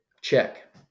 Check